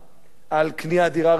על קניית דירה ראשונה,